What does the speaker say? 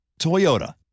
Toyota